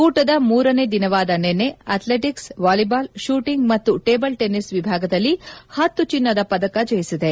ಕೂಟದ ಮೂರನೇ ದಿನವಾದ ನಿನ್ನೆ ಅಥ್ಲೆಟಕ್ಸ್ ವಾಲಿಬಾಲ್ ಕೂಟಂಗ್ ಮತ್ತು ಟೇಬಲ್ ಟೇನಿಸ್ ವಿಭಾಗದಲ್ಲಿ ಹತ್ತು ಚಿನ್ನದ ಪದಕ ಜಯಿಸಿದೆ